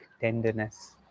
tenderness